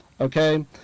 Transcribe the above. Okay